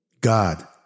God